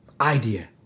Idea